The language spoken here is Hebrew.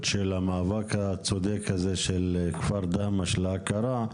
של המאבק הצודק הזה של כפר דהמש להכרה,